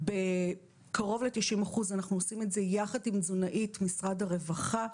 בקרוב ל-90 אחוז אנחנו עושים ביחד עם תזונאית משרד הרווחה,